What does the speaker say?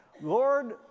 Lord